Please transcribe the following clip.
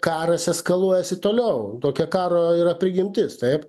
karas eskaluojasi toliau tokia karo yra prigimtis taip